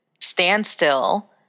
standstill